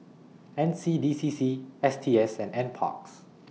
N C D C C S T S and N Parks